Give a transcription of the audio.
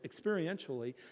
experientially